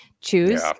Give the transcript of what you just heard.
choose